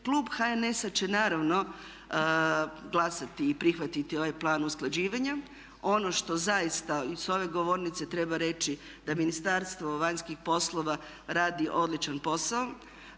Klub HNS-a će naravno glasati i prihvatiti ovaj plan usklađivanja. Ono što zaista i sa ove govornice treba reći da Ministarstvo vanjskih poslova radi odličan posao,